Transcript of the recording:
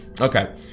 Okay